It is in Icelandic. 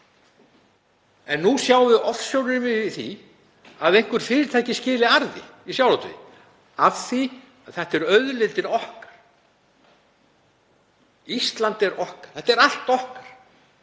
En nú sjáum ofsjónum yfir því að einhver fyrirtæki skili arði í sjávarútvegi af því að þetta er auðlindin okkar. Ísland er okkar. Þetta er allt okkar.